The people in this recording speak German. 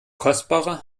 kostbare